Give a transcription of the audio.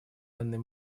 анны